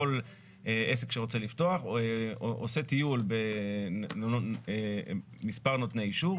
כל עסק שרוצה לפתוח עושה טיול בין מספר נותני אישור.